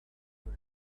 were